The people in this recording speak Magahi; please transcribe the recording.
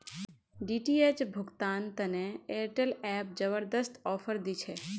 डी.टी.एच भुगतान तने एयरटेल एप जबरदस्त ऑफर दी छे